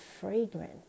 fragrant